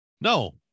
no